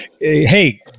Hey